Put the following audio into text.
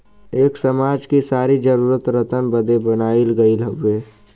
एक समाज कि सारी जरूरतन बदे बनाइल गइल हउवे